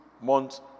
months